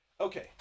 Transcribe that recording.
Okay